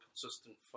consistent